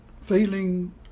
feeling